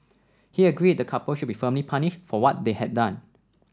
he agreed the couple should be firmly punished for what they had done